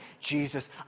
Jesus